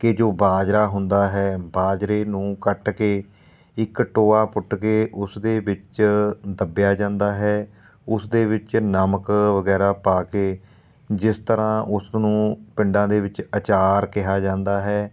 ਕਿ ਜੋ ਬਾਜਰਾ ਹੁੰਦਾ ਹੈ ਬਾਜਰੇ ਨੂੰ ਕੱਟ ਕੇ ਇੱਕ ਟੋਆ ਪੁੱਟ ਕੇ ਉਸਦੇ ਵਿੱਚ ਦੱਬਿਆ ਜਾਂਦਾ ਹੈ ਉਸ ਦੇ ਵਿੱਚ ਨਮਕ ਵਗੈਰਾ ਪਾ ਕੇ ਜਿਸ ਤਰ੍ਹਾਂ ਉਸਨੂੰ ਪਿੰਡਾਂ ਦੇ ਵਿੱਚ ਅਚਾਰ ਕਿਹਾ ਜਾਂਦਾ ਹੈ